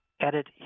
Edit